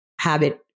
habit